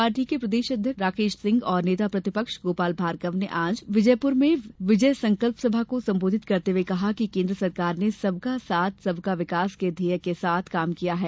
party के प्रदेश अध्यक्ष राकेश सिंह और नेता प्रतिपक्ष गोपाल भार्गव ने आज श्योप्र के जिले में विजयप्र में विजय संकल्प सभा को संबोधित करते हये कहा कि केन्द्र सरकार ने सबका साथ सबका विकास के ध्येय के साथ काम किया है